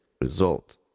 result